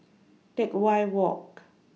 Teck Whye Walk